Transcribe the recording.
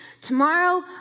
tomorrow